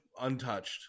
untouched